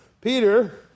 Peter